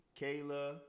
Kayla